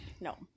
No